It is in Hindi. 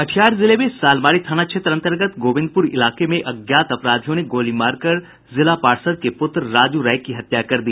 कटिहार जिले में सालमारी थाना क्षेत्र अंतर्गत गोविंदपुर इलाके में अज्ञात अपराधियों ने गोली मारकर जिला पार्षद के पुत्र राजू राय की हत्या कर दी